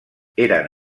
eren